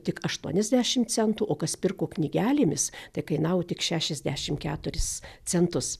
tik aštuoniasdešim centų o kas pirko knygelėmis tekainavo tik šešiasdešim keturis centus